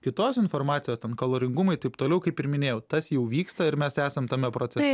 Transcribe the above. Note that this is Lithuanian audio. kitos informacijos ten kaloringumai taip toliau kaip ir minėjau tas jau vyksta ir mes esam tame procese